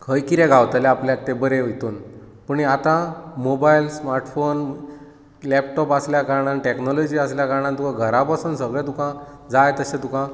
खंय कितें गांवतलें आपल्याक तें बरें हेतून पूण आतां मोबायल स्मार्टफोन लेप्टोप आसल्या कारणान टॅक्नोलोजी आसल्या कारणान तुका घरा बसून सगळें तुकां जाय तशें तुकां